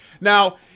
Now